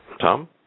Tom